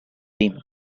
rim